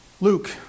Luke